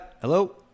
Hello